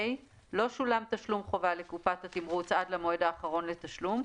(ה)לא שולם תשלום חובה לקופת התמרוץ עד למועד האחרון לתשלום,